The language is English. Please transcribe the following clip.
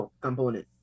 component